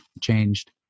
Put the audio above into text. changed